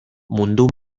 mundu